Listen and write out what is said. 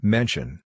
Mention